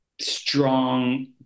strong